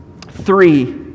Three